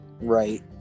right